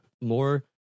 more